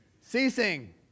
ceasing